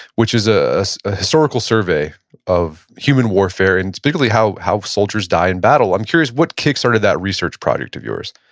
which is a ah historical survey of human warfare and specifically how how soldiers die in battle. i'm curious what kickstarted that research project of yours?